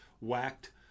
whacked